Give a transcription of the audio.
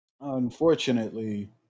unfortunately